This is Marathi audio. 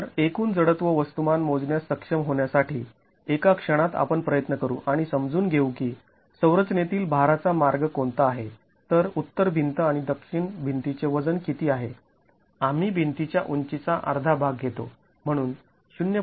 तर एकूण जडत्व वस्तुमान मोजण्यास सक्षम होण्यासाठी एका क्षणात आपण प्रयत्न करू आणि समजून घेऊ की संरचनेतील भाराचा मार्ग कोणता आहे तर उत्तर भिंत आणि दक्षिण भिंतीचे वजन किती आहे आम्ही भिंती च्या उंचीचा अर्धा भाग घेतो म्हणून ०